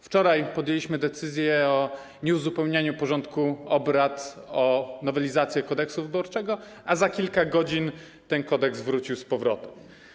Wczoraj podjęliśmy decyzję o nieuzupełnianiu porządku obrad o nowelizację Kodeksu wyborczego, a za kilka godzin ten kodeks był z powrotem.